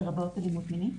לרבות אלימות מינית.